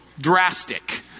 drastic